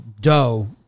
dough